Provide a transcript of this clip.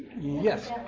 Yes